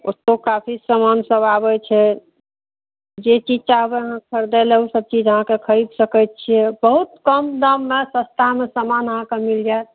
ओतहु काफी समान सब आबै छै जे चीज चाहबै अहाँ खरिदैलए ओसब चीज अहाँके खरिद सकै छिए बहुत कम दाममे सस्तामे समान अहाँकेँ मिलि जाएत